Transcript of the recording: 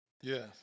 Yes